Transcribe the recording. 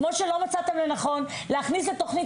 כמו שלא מצאתם לנכון להכניס לתכנית